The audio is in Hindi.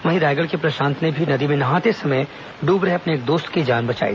वहीं रायगढ़ के प्रशांत ने भी नदी में नहाते समय डूब रहे अपने एक दोस्त की जान बचाई